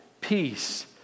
peace